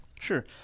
Sure